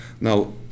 Now